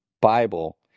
Bible